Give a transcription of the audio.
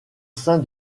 sein